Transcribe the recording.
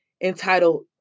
entitled